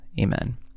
Amen